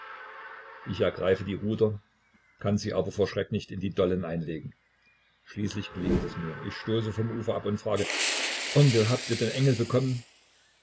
ich ergreife die ruder kann sie aber vor schreck nicht in die dollen einlegen schließlich gelingt es mir ich stoße vom ufer ab und frage onkel habt ihr den engel bekommen